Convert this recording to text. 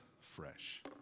fresh